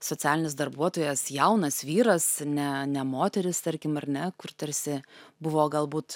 socialinis darbuotojas jaunas vyras ne ne moteris tarkim ar ne kur tarsi buvo galbūt